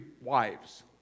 wives